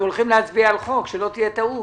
אנחנו הולכים להצביע על הצעת חוק, שלא תהיה טעות.